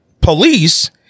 police